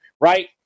right